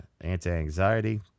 anti-anxiety